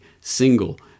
single